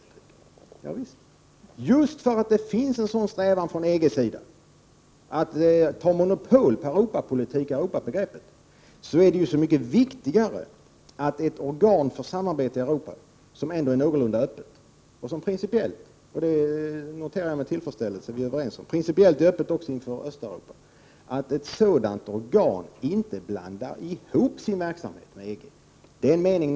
Javisst, just därför att det finns en sådan strävan från EG:s sida att ha monopol på Europapolitik och Europabegreppet, är det så mycket viktigare att ett organ för samarbete i Europa, som ändå är någorlunda öppet och som principiellt — det noterar jag med tillfredsställelse att vi är överens om — är öppet även inför Östeuropa, inte blandar ihop sin verksamhet med EG.